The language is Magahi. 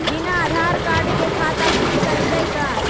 बिना आधार कार्ड के खाता खुल जइतै का?